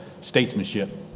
statesmanship